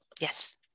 Yes